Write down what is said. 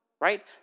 right